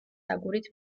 აგურით